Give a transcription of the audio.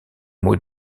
mots